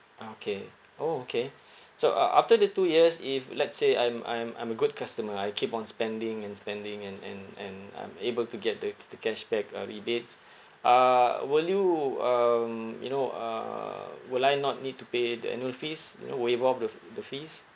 okay orh okay so uh after the two years if let's say I'm I'm I'm a good customer I keep on spending and spending and and and I'm able to get the the cashback uh rebates uh will you um you know uh will I not need to pay the annual fees you know waive off the f~ the fees